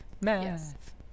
Math